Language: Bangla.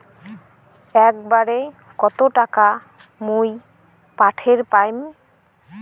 একবারে কত টাকা মুই পাঠের পাম?